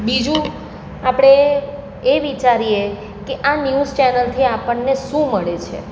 બીજું આપણે એ વિચારીએ કે આ ન્યૂઝ ચેનલથી આપણને શું મળે છે